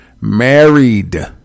married